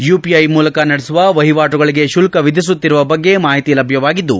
UPI ಮೂಲಕ ನಡೆಸುವ ವಹಿವಾಟುಗಳಿಗೆ ಶುಲ್ಲ ವಿಧಿಸುತ್ತಿರುವ ಬಗ್ಗೆ ಮಾಹಿತಿ ಲಭ್ಯವಾಗಿದ್ದು